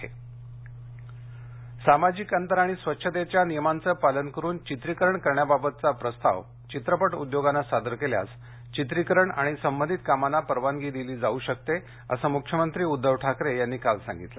मुख्यमंत्री सामाजिक अंतर आणि स्वच्छतेच्या नियमांचं पालन करुन चित्रीकरण करण्याबाबतचा प्रस्ताव चित्रपट उद्योगानं सादर केल्यास चित्रीकरण आणि संबंधित कामांना परवानगी दिली जाऊ शकते असं मुख्यमंत्री उद्दव ठाकरे यांनी काल सांगितलं